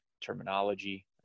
terminology